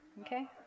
Okay